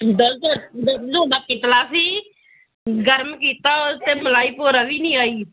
ਦੁੱਧ ਦੁੱਧ ਤੁਹਾਡਾ ਸੀ ਗਰਮ ਕੀਤਾ ਉਹਦੇ 'ਤੇ ਮਲਾਈ ਭੋਰਾ ਵੀ ਨਹੀਂ ਆਈ